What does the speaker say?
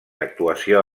actuació